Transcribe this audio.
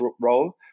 role